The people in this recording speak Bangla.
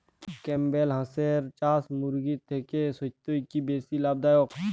ক্যাম্পবেল হাঁসের চাষ মুরগির থেকে সত্যিই কি বেশি লাভ দায়ক?